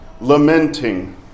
Lamenting